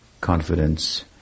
confidence